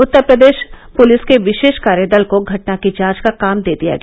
उत्तर Pradesh police के विशेष कार्य दल को घटना की जांच का काम दे दिया गया